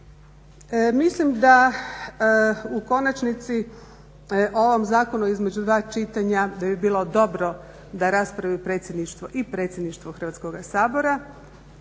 Mislim da u konačnici ovom zakonu između dva čitanja da bi bilo dobro da raspravi Predsjedništvo i Predsjedništvo Hrvatskoga sabora